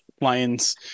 lions